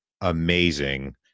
amazing